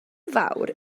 fawr